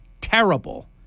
terrible